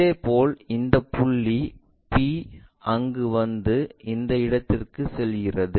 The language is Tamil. இதேபோல் இந்த புள்ளி p அங்கு வந்து அந்த இடத்திற்கு செல்கிறது